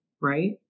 Right